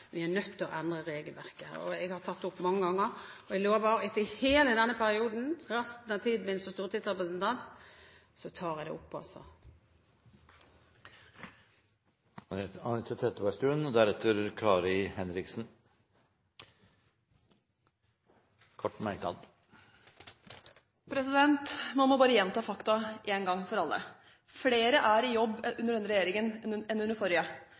Vi er nødt til å endre regelverket. Jeg har tatt opp dette mange ganger, og jeg lover at jeg også kommer til å ta opp dette i hele denne perioden – resten av tiden min som stortingsrepresentant. Anette Trettebergstuen har hatt ordet to ganger tidligere i debatten, og får ordet til en kort merknad, begrenset til 1 minutt. Man må bare gjenta fakta en gang for alle: Flere er i jobb under denne regjeringen